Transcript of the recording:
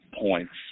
points